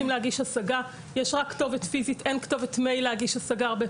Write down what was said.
יש תחושה שמעוורים את ההורים והילדים הם הנפגעים הראשיים.